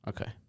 Okay